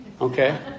Okay